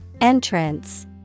Entrance